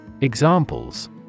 Examples